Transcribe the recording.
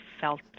felt